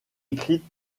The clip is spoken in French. écrite